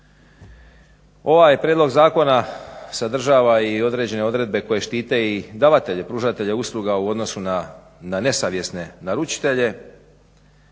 Ovaj je prijedlog zakona sadržava i određene odredbe koje štite i davatelje pružatelja usluga u odnosu na nesavjesne naručitelje,